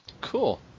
cool